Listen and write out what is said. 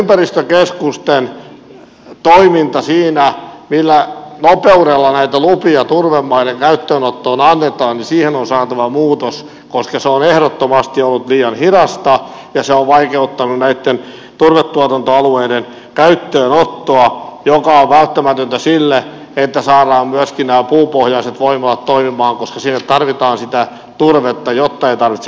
näitten ympäristökeskusten toimintaan siinä millä nopeudella näitä lupia turvemaiden käyttöönottoon annetaan on saatava muutos koska se on ehdottomasti ollut liian hidasta ja se on vaikeuttanut näitten turvetuotantoalueiden käyttöönottoa joka on välttämätöntä sille että saadaan myöskin nämä puupohjaiset voimalat toimimaan koska sinne tarvitaan sitä turvetta jotta ei tarvitse